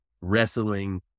wrestling